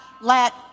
let